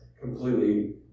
completely